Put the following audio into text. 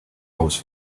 was